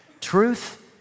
Truth